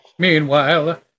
Meanwhile